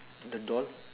the doll